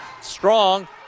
Strong